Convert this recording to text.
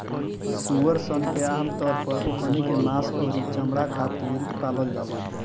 सूअर सन के आमतौर पर ओकनी के मांस अउरी चमणा खातिर पालल जाला